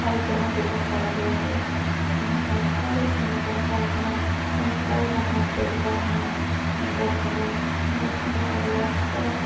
ପାଇଖାନା ଯୋଗାଡ଼ କରା ଦିଆଗଲା କାରଣ ପାଇଖାନା ଦେଇସାରିଲା ପରେ ପାଇଖାନାରେ ସମସ୍ତେ ଆଉ ବାହାରକୁ ଯିବା ନାହିଁ ନିଜ ଘରେ ମଳତ୍ୟାଗ କରିବା ତାପରେ